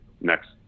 next